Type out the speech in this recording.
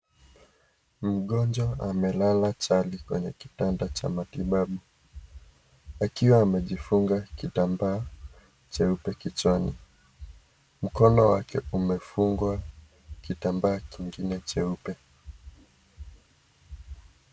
Mgonjwa amelala chali kwenye kitanda cha matibabu akiwa amejifunga kitambaa cheupe kichwani. Mkono wake umefungwa kitambaa kingine cheupe.